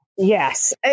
Yes